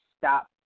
stop